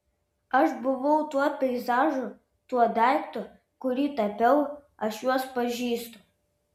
aš buvau tuo peizažu tuo daiktu kurį tapiau aš juos pažįstu